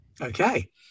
Okay